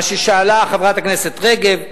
מה ששאלה חברת הכנסת רגב,